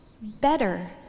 better